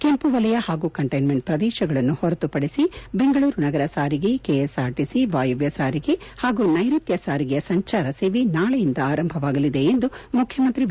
ಕೆಂಪು ವಲಯ ಹಾಗೂ ಕಂಟೈನ್ಮೆಂಟ್ ಪ್ರದೇಶಗಳನ್ನು ಹೊರತುಪಡೆಸಿ ಬೆಂಗಳೂರು ನಗರ ಸಾರಿಗೆ ಕೆಎಸ್ಆರ್ಟಿಸಿ ವಾಯುವ್ನ ಸಾರಿಗೆ ಹಾಗೂ ನೈರುತ್ನ ಸಾರಿಗೆಯ ಸಂಚಾರ ಸೇವೆ ನಾಳೆಯಿಂದ ಆರಂಭವಾಗಲಿದೆ ಎಂದು ಮುಖ್ಯಮಂತ್ರಿ ಬಿ